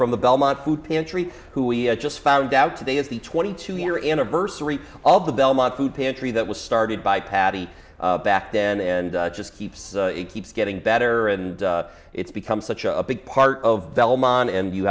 from the belmont food pantry who we just found out today is the twenty two year anniversary all the belmont food pantry the was started by patti back then and it just keeps it keeps getting better and it's become such a big part of belmont and you